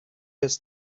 has